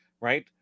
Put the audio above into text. right